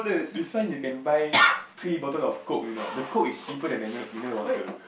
this one you can buy three bottle of Coke you know the Coke is cheaper than the mi~ mineral water